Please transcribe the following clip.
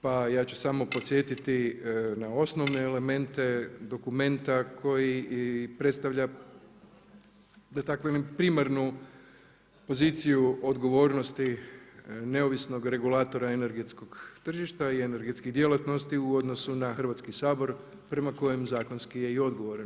Pa ja ću samo podsjetiti na osnovne elemente dokumenta koji predstavlja, primarnu poziciju odgovornosti neovisnog regulatora energetskog tržišta i energetske djelatnosti u odnosu na Hrvatski sabor prema kojem zakonski je i odgovoran.